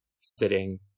sitting